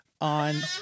on